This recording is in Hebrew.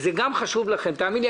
זה גם חשוב לכם, תאמין לי.